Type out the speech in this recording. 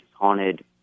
haunted